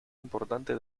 importante